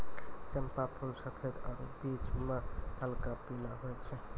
चंपा फूल सफेद आरु बीच मह हल्क पीला होय छै